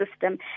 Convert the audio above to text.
system